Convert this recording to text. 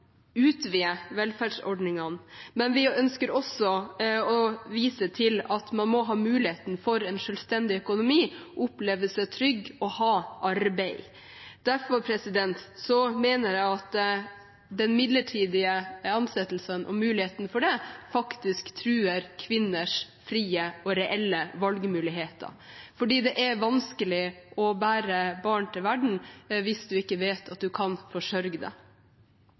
utvide velferdsordningene, men vi ønsker også å vise til at man må ha muligheten til en selvstendig økonomi, oppleve seg trygg og ha arbeid. Derfor mener jeg at den midlertidige ansettelsen og muligheten til det faktisk truer kvinners frie og reelle valgmuligheter, fordi det er vanskelig å sette barn til verden hvis man ikke vet at man kan forsørge